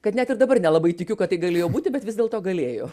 kad net ir dabar nelabai tikiu kad tai galėjo būti bet vis dėlto galėjo